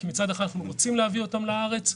אנחנו רוצים להביא אותם לארץ,